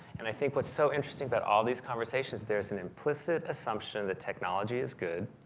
and i think what's so interesting about all of these conversations. there's an implicit assumption that technology is good.